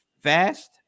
Fast